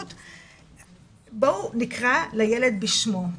בואו נקרא לילד בשמו,